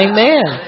Amen